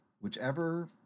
whichever